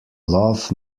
love